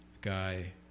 guy